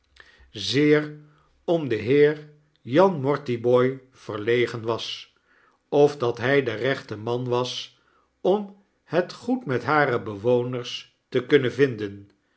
zeer om den heer jan mortibooi verlegen was of dat hij de rechte man was om het goed met hare bewoners te kunnen vinden